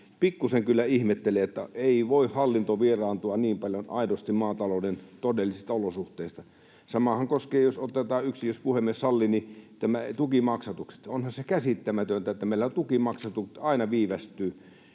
pikkusen kyllä ihmettelen, että ei voi hallinto vieraantua niin paljon aidosti maatalouden todellisista olosuhteista. Samahan koskee — jos otetaan yksi, jos puhemies sallii — näitä tukimaksatuksia. Onhan se käsittämätöntä, että meillä tukimaksatukset aina viivästyvät.